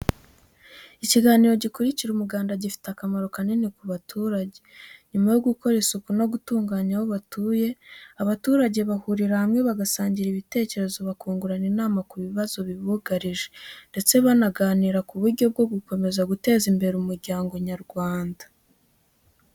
Ikiganiro gikurikira umuganda gifite akamaro kanini ku baturage. Nyuma yo gukora isuku no gutunganya aho batuye, abaturage bahurira hamwe bagasangira ibitekerezo, bakungurana inama ku bibazo bibugarije, ndetse banaganira ku buryo bwo gukomeza guteza imbere umuryango nyarwanda.